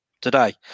today